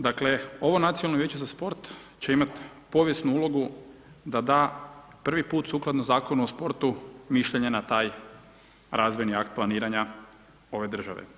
Dakle, ovo Nacionalno vijeće za sport će imati povijesnu ulogu da da, prvi puta sukladno Zakona o sportu, mišljenja na taj razvojni akt planiranja ove države.